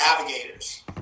navigators